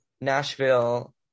Nashville